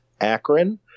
Akron